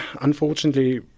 unfortunately